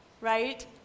right